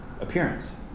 appearance